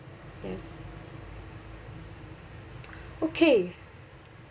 yes okay